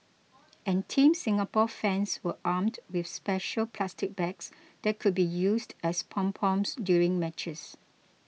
and Team Singapore fans were armed with special plastic bags that could be used as pom poms during matches